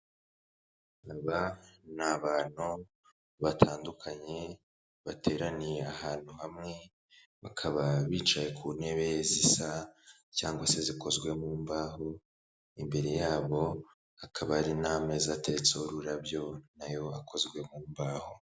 Aba ni abantu batandukanye, bateraniye ahantu hamwe, bakaba bicaye ku ntebe zisa cyangwa se zikozwe mu mbaho, imbere yabo hakaba hari n'ameza ateretseho ururabyo, na yo akozwe mu mbaho.